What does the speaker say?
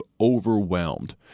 Overwhelmed